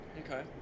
Okay